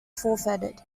forfeited